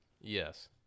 yes